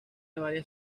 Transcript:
varias